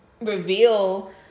reveal